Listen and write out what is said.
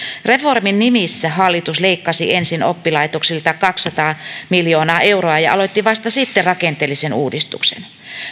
reformin nimissä hallitus leikkasi ensin oppilaitoksilta kaksisataa miljoonaa euroa ja aloitti vasta sitten rakenteellisen uudistuksen